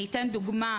אני אתן דוגמה,